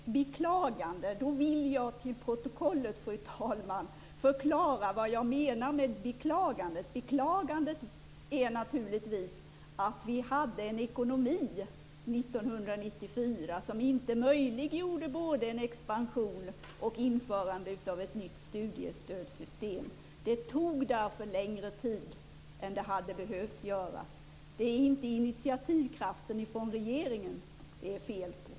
Fru talman! Om det skall tolkas som ett beklagande vill jag att det tas till protokollet vad jag menar med "beklagande". Det handlar naturligtvis om att vi 1994 hade en ekonomi som inte möjliggjorde både expansion och införande av ett nytt studiestödssystem. Det tog därför längre tid än det hade behövt ta. Det är inte initiativkraften från regeringen det är fel på.